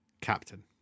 captain